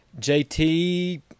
JT